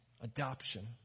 adoption